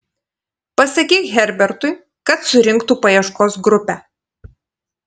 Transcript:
pasakyk herbertui kad surinktų paieškos grupę